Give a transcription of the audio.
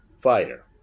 fighter